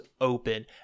open